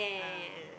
ah